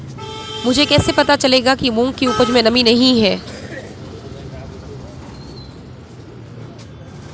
मुझे कैसे पता चलेगा कि मूंग की उपज में नमी नहीं है?